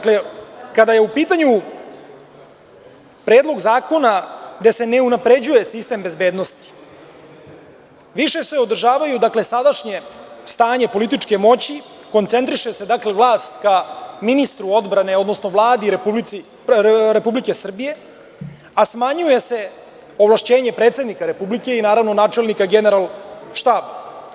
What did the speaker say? Kada je u pitanju Predlog zakona, gde se ne unapređuje sistem bezbednosti, više se održava sadašnje stanje političke moći, koncentriše se vlast ka ministru odbrane, odnosno Vladi Republike Srbije, a smanjuje se ovlašćenje predsednika Republike i načelnika Generalštaba.